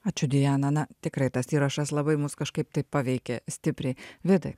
ačiū diana na tikrai tas įrašas labai mus kažkaip taip paveikė stipriai vidai